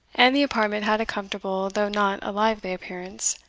and the apartment had a comfortable, though not a lively appearance.